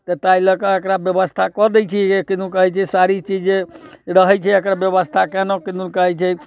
तऽ ताहि लऽ कऽ एकरा व्यवस्था कऽ दैत छियै जे किदुन कहैत छै सारी जे रहैत छै एकर व्यवस्था केलहुँ किदुन कहैत छै